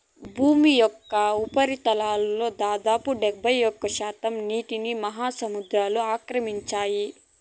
భూమి యొక్క ఉపరితలంలో దాదాపు డెబ్బైఒక్క శాతం నీటిని మహాసముద్రాలు ఆక్రమించాయి